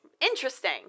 Interesting